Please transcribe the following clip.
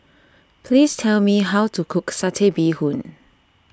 please tell me how to cook Satay Bee Hoon